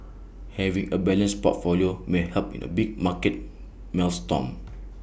having A balanced portfolio may help in A big market maelstrom